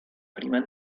prima